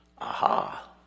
aha